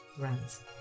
Runs